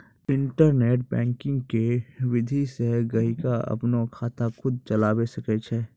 internet banking के विधि से गहकि अपनो खाता खुद चलावै सकै छै